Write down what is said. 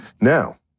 Now